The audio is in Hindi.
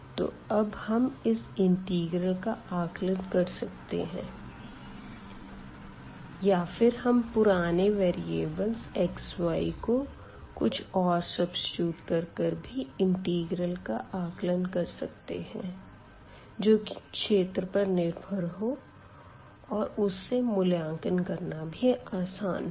तो अब हम इस इंटिग्रल का आकलन कर सकते है या फिर हम पुराने वेरीअबल x y को कुछ और सब्सीट्यूट कर कर भी इंटिग्रल का आकलन कर सकते है जो कि क्षेत्र पर निर्भर हो और उस से मूल्यांकन करना भी आसान हो